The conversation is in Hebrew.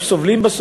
הם סובלים,